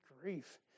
grief